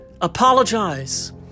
apologize